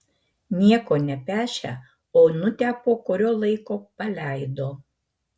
nieko nepešę onutę po kurio laiko paleido